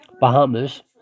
Bahamas